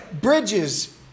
bridges